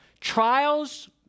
Trials